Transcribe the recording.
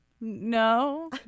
No